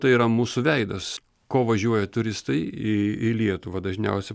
tai yra mūsų veidas ko važiuoja turistai į į lietuvą dažniausia